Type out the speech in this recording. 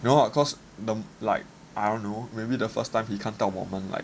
no lah cause like I don't know maybe the first time he 看到我们 like